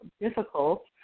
difficult